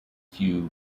few